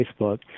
Facebook